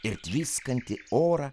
ir tviskantį orą